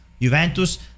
Juventus